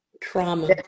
Trauma